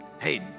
hey